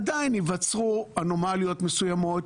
עדיין ייווצרו אנומליות מסוימות,